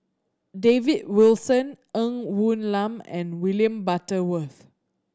David Wilson Ng Woon Lam and William Butterworth